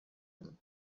مون